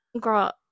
Girl